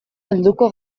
helduko